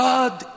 God